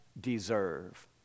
deserve